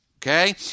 Okay